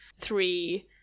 three